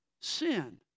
sin